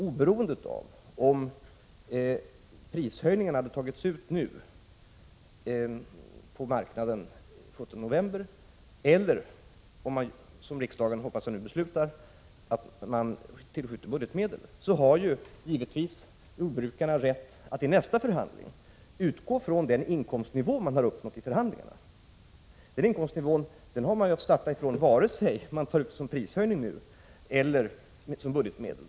Oberoende av om man hade tagit ut prishöjningarna på marknaden den 17 november eller om man, som jag hoppas att riksdagen nu fattar beslut om, tillskjuter budgetmedel, så har jordbrukarna givetvis rätt att vid nästa förhandling utgå från den inkomstnivå man har uppnått vid förhandlingarna. Denna inkomstnivå har man att starta från, oavsett om man nu tar ut den som prishöjning eller i form av budgetmedel.